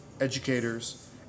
educators